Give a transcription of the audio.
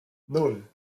nan